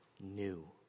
new